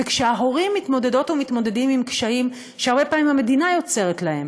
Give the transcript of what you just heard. וכשההורים מתמודדות ומתמודדים עם קשיים שהרבה פעמים המדינה יוצרת להם,